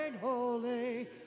holy